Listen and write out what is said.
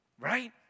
right